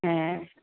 হ্যাঁ